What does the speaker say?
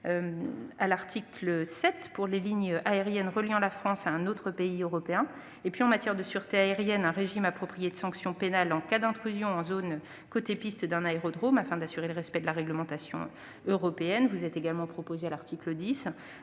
public pour des lignes aériennes reliant la France à un autre pays européen. C'est l'objet de l'article 7. En matière de sûreté aérienne, un régime approprié de sanctions pénales en cas d'intrusion en zone « côté piste » d'un aérodrome afin d'assurer le respect de la réglementation européenne est aussi proposé à l'article 10.